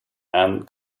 and